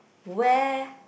where